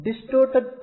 distorted